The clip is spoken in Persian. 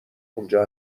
اونجا